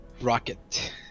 Rocket